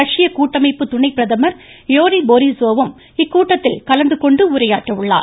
ரஷ்ய கூட்டமைப்பு துணை பிரதமர் யோரி போரீஸ்ஸோவும் இக்கூட்டத்தில் கலந்து கொண்டு உரையாற்ற உள்ளார்